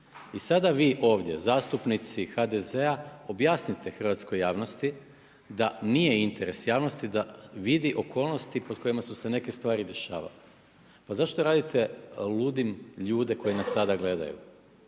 i sada vi ovdje zastupnici HDZ-a objasnite hrvatskoj javnosti, da nije interes javnosti da vidi okolnosti pod kojima su se neke stvari dešavale. Pa zašto radite ludim ljude koji nas sada gledaju.